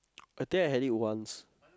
I think I had it once